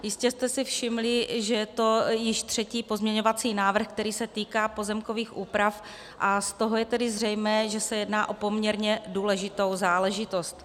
Jistě jste si všimli, že je to již třetí pozměňovací návrh, který se týká pozemkových úprav, a z toho je tedy zřejmé, že se jedná o poměrně důležitou záležitost.